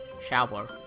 Shower